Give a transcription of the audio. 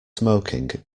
smoking